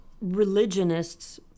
religionists